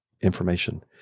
information